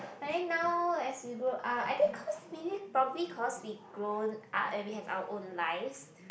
but then now as we grow up I think cause maybe probably cause we grown up and we have our own lives